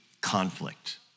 conflict